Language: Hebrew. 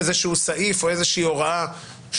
איזשהו סעיף או איזושהי הוראה,